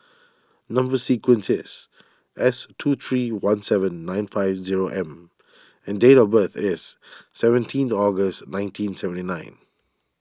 Number Sequence is S two three one seven nine five zero M and date of birth is seventeen August nineteen seventy nine